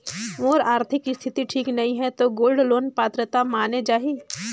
मोर आरथिक स्थिति ठीक नहीं है तो गोल्ड लोन पात्रता माने जाहि?